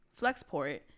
Flexport